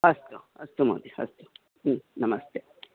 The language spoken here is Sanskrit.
अस्तु अस्तु महोदय अस्तु नमस्ते